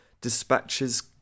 Dispatches